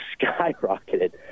skyrocketed